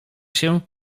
się